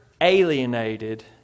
alienated